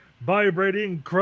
vibrating